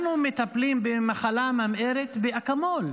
אנחנו מטפלים במחלה ממארת באקמול,